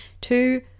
Two